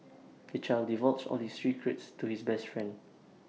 the child divulged all his secrets to his best friend